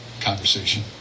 conversation